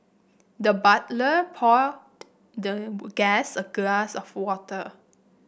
the butler poured the guest a glass of water